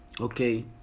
Okay